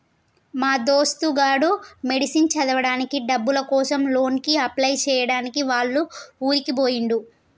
మా దోస్తు గాడు మెడిసిన్ చదవడానికి డబ్బుల కోసం లోన్ కి అప్లై చేయడానికి వాళ్ల ఊరికి పోయిండు